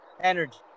energy